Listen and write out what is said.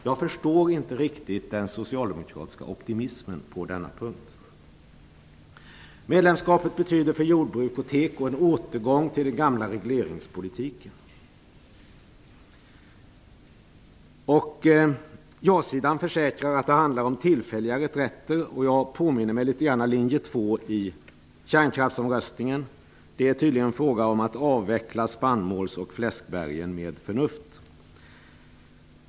Jag förstår inte riktigt den socialdemokratiska optimismen på denna punkt. Medlemskapet betyder för jordbruket och teko en återgång till den gamla regleringspolitiken. Ja-sidan försäkrar att det handlar om tillfälliga reträtter. Jag påminns litet grand om linje 2 i kärnkraftsomröstningen. Det är tydligen fråga om att avveckla spannmåls och fläskbergen med förnuft.